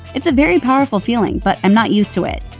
it's a very powerful feeling, but i'm not used to it.